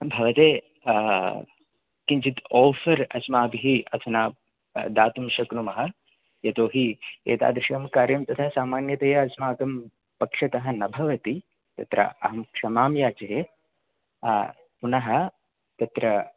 भवते किञ्चित् ओफर् अस्माभिः अधुना दातुं शक्नुमः यतोहि एतादृशं कार्यं तथा सामान्यतया अस्माकं पक्षतः न भवति तत्र अहं क्षमां याचे पुनः तत्र